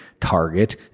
Target